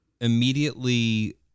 immediately